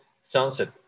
sunset